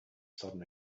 sudden